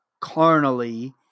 carnally